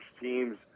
teams